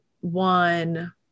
one